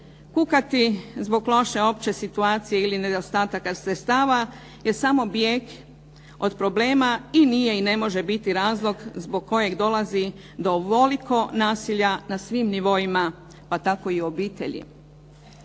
Kukati zbog loše opće situacije ili nedostataka sredstava je samo bijeg od problema i nije i ne može biti razlog zbog kojeg dolazi do ovoliko nasilja na svim nivoima, pa tako i u obitelji.